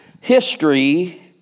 history